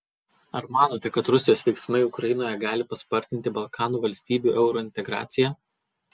ar manote kad rusijos veiksmai ukrainoje gali paspartinti balkanų valstybių eurointegraciją